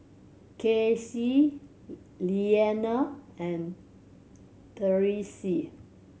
Kaycee Lilianna and Tyreese